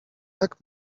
tak